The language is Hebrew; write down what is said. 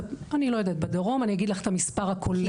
אני לא יודעת בדרום, אני אגיד לך את המספר הכולל.